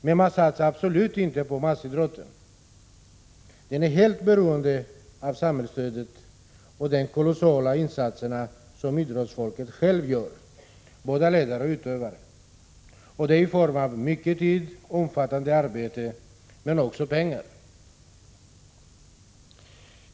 Men man satsar absolut inte på massidrotten — den är helt beroende av samhällsstödet och de kolossala insatser som idrottsfolket självt och ledarna gör, i form av mycken tid, omfattande arbete men också pengar.